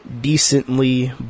decently